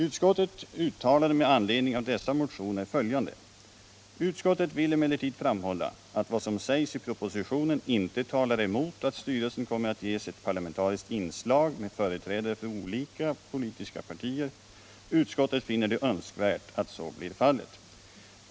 Utskottet uttalade med anledning av dessa motioner följande: "Utskottet vill emellertid framhålla att vad som sägs i propositionen inte talar emot att styrelsen kommer att ges ett parlamentariskt inslag med företrädare för olika politiska partier. Utskottet finner det önskvärt att så blir fallet.